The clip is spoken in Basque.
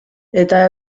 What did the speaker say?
eta